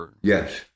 Yes